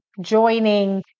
joining